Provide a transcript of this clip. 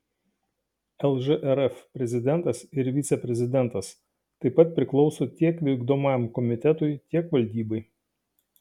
lžrf prezidentas ir viceprezidentas taip pat priklauso tiek vykdomajam komitetui tiek valdybai